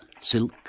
silk